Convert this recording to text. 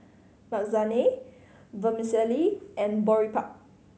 Lasagne Vermicelli and Boribap